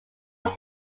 was